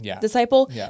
disciple